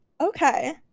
okay